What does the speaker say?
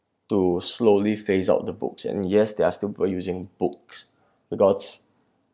to slowly phase out the books and yes there are still people using books because